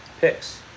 picks